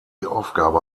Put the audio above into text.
aufgabe